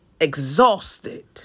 exhausted